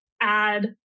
add